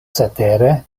cetere